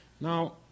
Now